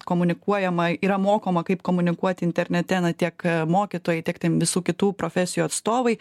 komunikuojama yra mokoma kaip komunikuoti internete na tiek mokytojai tiek ten visų kitų profesijų atstovai